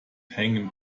hängen